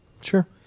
Sure